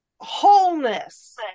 wholeness